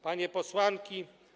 Panie Posłanki!